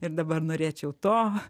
ir dabar norėčiau to